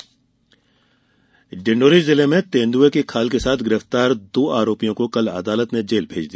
तें दुआ खाल डिंडोरी जिले में तेंदुए की खाल के साथ गिरफ्तार दो आरोपियों को कल अदालत ने जेल भेज दिया